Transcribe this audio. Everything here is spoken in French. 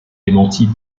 démentie